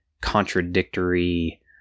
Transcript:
contradictory